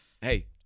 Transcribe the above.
Hey